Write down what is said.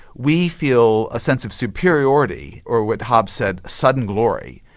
we feel a sense of superiority, or what hobbs said, sudden glory,